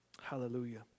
Hallelujah